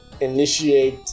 initiate